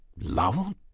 love